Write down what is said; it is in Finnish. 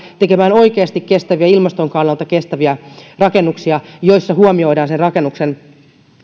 tekemään oikeasti kestäviä ilmaston kannalta kestäviä rakennuksia joissa huomioidaan sen rakennuksen